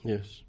Yes